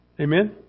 Amen